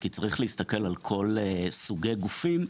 כי צריך להסתכל על כל סוגי הגופים,